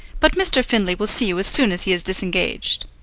but mr. findlay will see you as soon as he is disengaged.